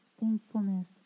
thankfulness